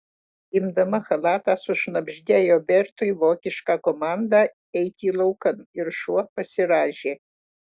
imdama chalatą sušnabždėjo bertui vokišką komandą eiti laukan ir šuo pasirąžė